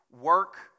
work